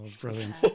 Brilliant